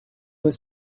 were